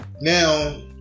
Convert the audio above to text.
now